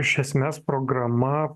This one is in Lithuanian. iš esmės programa